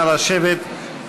נא לשבת.